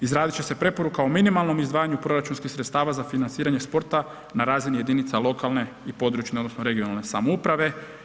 Izradit će se preporuka o minimalnom izdvajanju proračunskih sredstava za financiranje sporta na razini jedinica lokalne i područje odnosno regionalne samouprave.